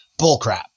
bullcrap